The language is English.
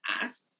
ask